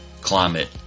climate